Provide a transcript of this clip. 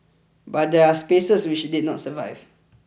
but there are spaces which did not survive